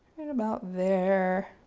and about there.